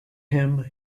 him